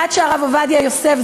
עד שהרב עובדיה יוסף,